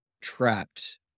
trapped